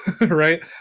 Right